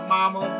Mama